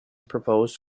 proposed